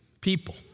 people